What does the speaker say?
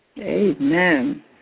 Amen